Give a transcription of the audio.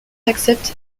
accepte